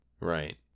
Right